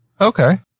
Okay